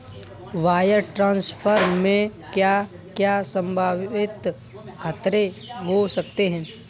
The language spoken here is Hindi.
वायर ट्रांसफर में क्या क्या संभावित खतरे हो सकते हैं?